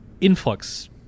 influx